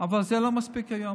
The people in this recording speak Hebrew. אבל זה לא מספיק היום.